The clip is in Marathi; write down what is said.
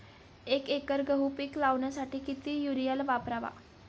एक एकर गहू पीक लावण्यासाठी किती युरिया वापरावा?